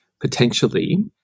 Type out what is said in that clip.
potentially